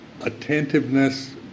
attentiveness